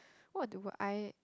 what do I